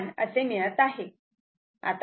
11 असे मिळत आहे